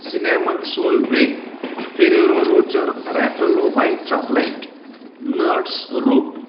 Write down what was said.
cinnamon soul bread Ferrero Rocher Raffaello white chocolate nugget rope